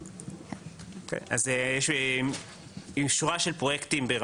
אז יש שורה של פרויקטים שנעשים,